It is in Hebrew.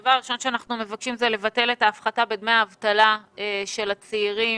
הדבר הראשון שאנחנו מבקשים הוא לבטל את ההפחתה בדמי האבטלה של הצעירים,